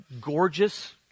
gorgeous